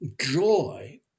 joy